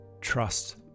trust